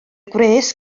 gwres